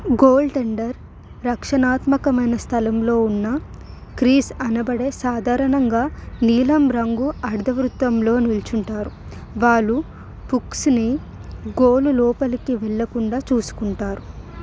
goal tender రక్షణాత్మకమైన స్థలంలో ఉన్న క్రీజ్ అనబడే సాధారణంగా నీలం రంగు అర్ధ వృత్తంలో నిల్చుంటారు వాళ్ళు పుక్స్ని గోను లోపలి వెళ్ళకుండా చూసుకుంటారు